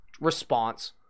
response